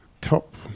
top